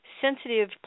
sensitive